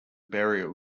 burial